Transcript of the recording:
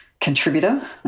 contributor